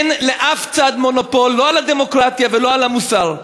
אין לאף צד מונופול לא על הדמוקרטיה ולא על המוסר.